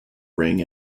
ring